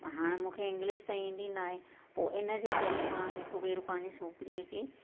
हाणे मूंखे इंग्लिश त ईंदी न आहे पोइ इन जे करे मां हिकु भेरो पंहिंजी छोकरीअ खे